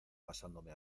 pasándome